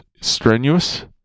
Strenuous